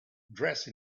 dressed